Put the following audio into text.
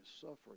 suffering